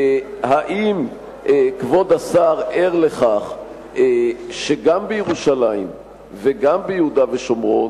האם כבוד השר ער לכך שגם בירושלים וגם ביהודה ושומרון,